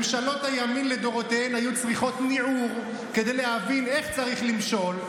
ממשלות הימין לדורותיהן היו צריכות ניעור כדי להבין איך צריך למשול,